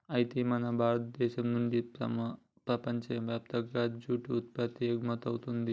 అయితే మన భారతదేశం నుండి ప్రపంచయప్తంగా జూట్ ఉత్పత్తి ఎగుమతవుతుంది